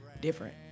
different